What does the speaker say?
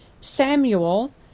samuel